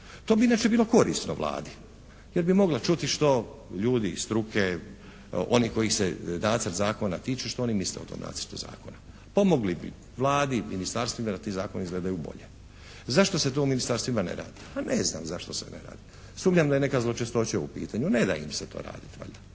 To bi inače bilo korisno Vladi jer bi mogla čuti što ljudi iz struke, oni kojih se nacrt zakona tiče, što oni misle o tom nacrtu zakona. Pomogli bi Vladi, ministarstvima da bi zakoni izgledaju bolje. Zašto se to u ministarstvima ne radi? A ne znam zašto se ne radi. Sumnjam da je neka zločestoća u pitanju, ne da im se to raditi valjda.